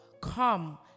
come